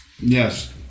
Yes